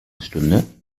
stunde